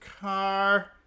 car